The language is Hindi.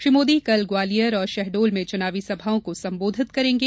श्री मोदी कल ग्वालियर और शहडोल में चुनावी सभाओं को संबोधित करेंगे